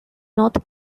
north